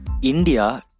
India